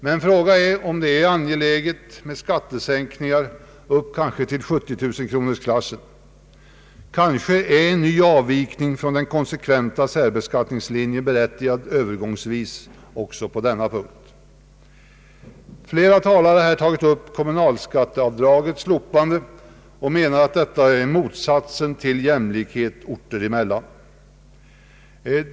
Men frågan är om det är angeläget med skattesänkningar kanske ända upp i 70 000 kronorsklassen. Kanske är en ny avvikning från den konsekventa särbeskattningslinjen övergångsvis berättigad också här. Flera talare har här tagit upp kommunalskatteavdragets slopande och menat att detta är motsatsen till jämlikhet orter emellan.